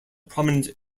prominent